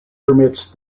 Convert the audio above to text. permits